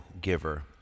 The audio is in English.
giver